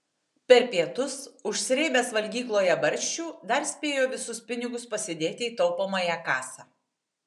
per pietus užsrėbęs valgykloje barščių dar spėjo visus pinigus pasidėti į taupomąją kasą